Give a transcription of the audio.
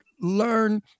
learn